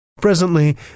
Presently